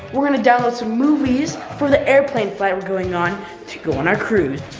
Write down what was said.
we're gonna download some movies for the airplane flight we're going on to go on our cruise.